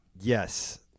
Yes